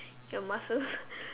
your muscles